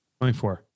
24